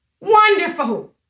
wonderful